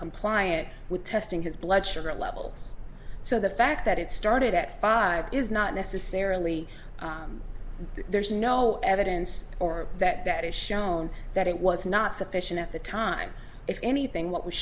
compliant with testing his blood sugar levels so the fact that it started at five is not necessarily there's no evidence or that that has shown that it was not sufficient at the time if anything what was